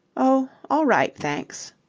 oh, all right, thanks.